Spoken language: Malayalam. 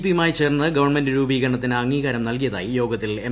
പിയുമായി ചേർന്ന് ഗവണ്മെന്റ് രൂപീകരണത്തിന് അംഗീകാരം നല്കിയതായി യോഗത്തിൽ എം